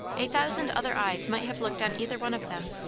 a thousand other eyes might have looked on either one of them,